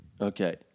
Okay